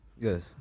Yes